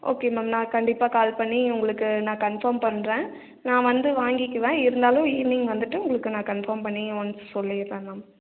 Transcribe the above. okay ma'am நான் கண்டிப்பாக call பண்ணி உங்களுக்கு நான் கன்ஃபார்ம் பண்ணுறேன் நான் வந்து வாங்கிக்குவேன் இருந்தாலும் ஈவினிங் வந்துட்டு உங்களுக்கு நான் கன்ஃபாம் பண்ணி ஒன்ஸ் சொல்லிவிறேன் மேம்